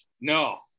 No